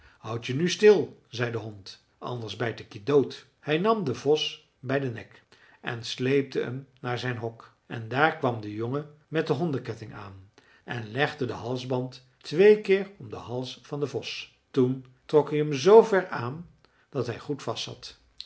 houd je nu stil zei de hond anders bijt ik je dood hij nam den vos bij den nek en sleepte hem naar zijn hok en daar kwam de jongen met de hondenketting aan en legde den halsband twee keer om den hals van den vos toen trok hij hem zoover aan dat hij goed